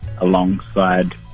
alongside